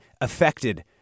affected